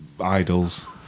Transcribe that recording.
idols